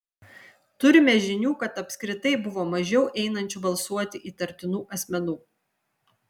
turime žinių kad apskritai buvo mažiau einančių balsuoti įtartinų asmenų